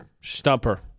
Stumper